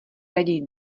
raději